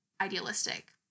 idealistic